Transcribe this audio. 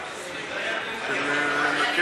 אם את יורדת, את יורדת